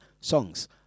songs